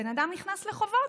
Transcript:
הבן אדם נכנס לחובות.